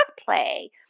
play